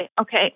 Okay